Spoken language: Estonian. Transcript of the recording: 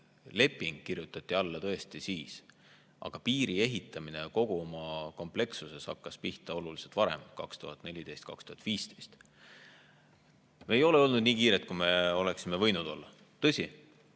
leping kirjutati alla tõesti siis, aga piiri ehitamine kogu oma komplekssuses hakkas pihta oluliselt varem, 2014–2015. Me ei ole olnud nii kiired, kui me oleksime võinud olla. Tõsi!